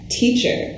teacher